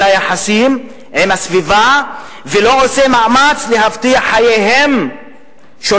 היחסים עם הסביבה ולא עושה מאמץ להבטיח חייהם של